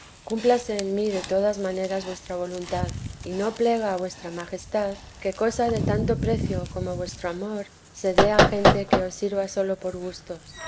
cúmplase en mí de todas maneras vuestra voluntad y no plega a vuestra majestad que cosa de tanto teresa de jesús s precio como vuestro amor se dé a gente que os sirva sólo por gustos